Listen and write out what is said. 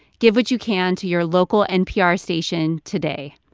give what you can to your local npr station today.